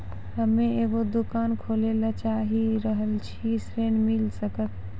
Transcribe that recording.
हम्मे एगो दुकान खोले ला चाही रहल छी ऋण मिल सकत?